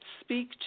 speak